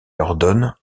ordonne